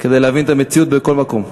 כדי להבין את המציאות בכל מקום.